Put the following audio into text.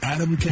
Adam